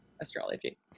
astrology